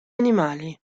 animali